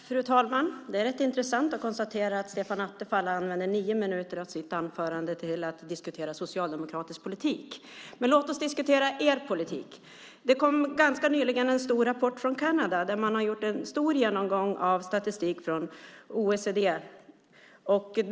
Fru talman! Det är rätt intressant att kunna konstatera att Stefan Attefall använder nio minuter av sitt anförande till att diskutera socialdemokratisk politik. Men låt oss diskutera er politik. Det kom ganska nyligen en stor rapport från Kanada, där man har gjort en stor genomgång av statistik från OECD.